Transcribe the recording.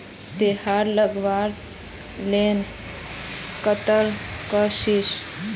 तेहार लगवार लोन कतला कसोही?